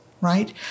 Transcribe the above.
right